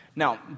Now